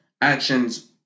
Actions